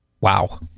Wow